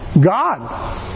God